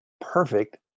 perfect